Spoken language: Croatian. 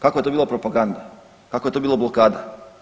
Kakva je to bila propaganda, kakva je to bila blokada.